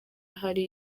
hari